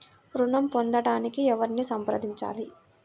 ఋణం పొందటానికి ఎవరిని సంప్రదించాలి?